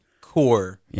core